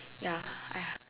ya !aiya!